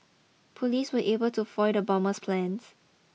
police were able to foil the bomber's plans